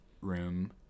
Room